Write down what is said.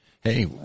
Hey